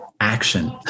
action